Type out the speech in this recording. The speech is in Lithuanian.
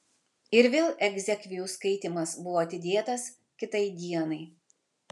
ir vėl egzekvijų skaitymas buvo atidėtas kitai dienai